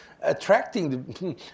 attracting